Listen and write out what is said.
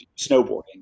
snowboarding